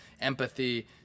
empathy